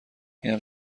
اینم